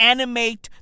Animate